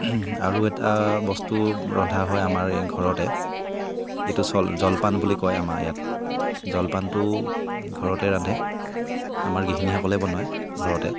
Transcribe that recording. আৰু এটা বস্তু ৰন্ধা হয় আমাৰ এই ঘৰতে যিটো জলপান বুলি কয় আমাৰ ইয়াত জলপানটো ঘৰতে ৰান্ধে আমাৰ গৃহিণীসকলেই বনায় ঘৰতে